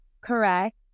correct